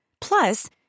Plus